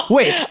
Wait